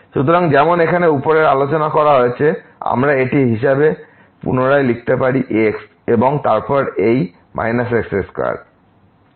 সুতরাং যেমন এখানে উপরে আলোচনা করা হয়েছে আমরা এটি হিসাবে পুনরায় লিখতে পারি x এবং তারপর এই x2 দ্বারা বিভক্ত x2x